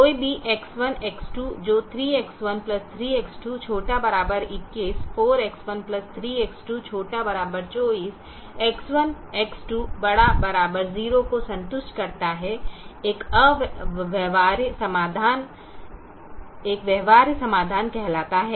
कोई भी X1 X2 जो 3X13X2 ≤ 21 4X13X2 ≤ 24 X1 X2 ≥ 0 को संतुष्ट करता है एक व्यवहार्य समाधान कहलाता है